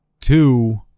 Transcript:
Two